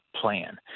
plan